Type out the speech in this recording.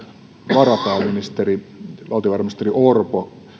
varapääministeri valtiovarainministeri orpo